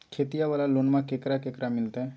खेतिया वाला लोनमा केकरा केकरा मिलते?